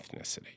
ethnicity